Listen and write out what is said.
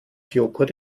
joghurt